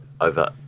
Over